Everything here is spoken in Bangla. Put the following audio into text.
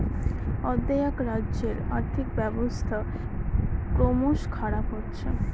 অ্দেআক রাজ্যের আর্থিক ব্যবস্থা ক্রমস খারাপ হচ্ছে